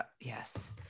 Yes